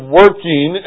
working